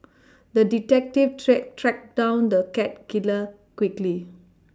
the detective tracked tracked down the cat killer quickly